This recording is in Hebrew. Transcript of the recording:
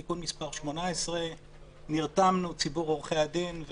תיקון מס' 18, נרתמנו, ציבור עורכי הדין,